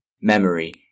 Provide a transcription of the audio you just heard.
memory